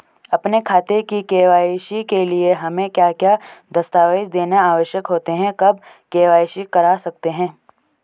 अपने खाते की के.वाई.सी के लिए हमें क्या क्या दस्तावेज़ देने आवश्यक होते हैं कब के.वाई.सी करा सकते हैं?